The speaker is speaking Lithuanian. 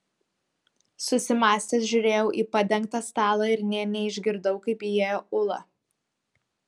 susimąstęs žiūrėjau į padengtą stalą ir nė neišgirdau kaip įėjo ula